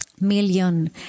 million